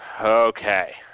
Okay